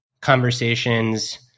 conversations